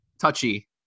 touchy